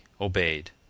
obeyed